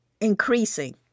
Increasing